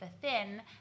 thin